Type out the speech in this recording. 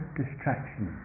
distraction